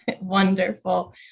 Wonderful